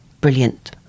brilliant